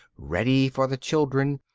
ready for the children,